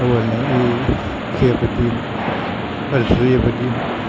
അതുപോലെ തന്നെ ഈ കൃഷിയെ പറ്റിയും പരിസ്ഥിതിയെ പറ്റിയും